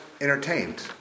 entertained